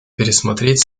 пересмотреть